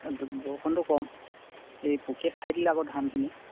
বৰষুণটো কম এই পোকে খাই দিলে আকৌ ধানখিনি